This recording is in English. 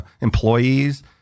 employees